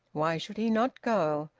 why should he not go?